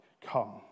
come